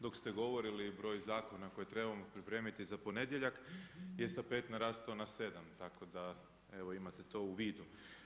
Dok ste govorili broj zakona koje trebamo pripremiti za ponedjeljak je sa 5 porastao na 7, tako da evo imate to u vidu.